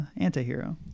Antihero